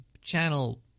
Channel